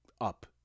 up